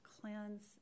cleanse